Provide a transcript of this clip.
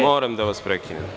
Moram da vas prekinem.